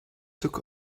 took